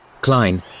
Klein